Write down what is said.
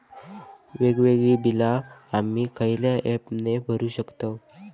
वेगवेगळी बिला आम्ही खयल्या ऍपने भरू शकताव?